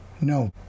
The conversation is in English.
No